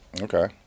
Okay